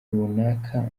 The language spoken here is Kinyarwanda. runaka